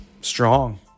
strong